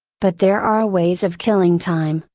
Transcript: but there are ways of killing time,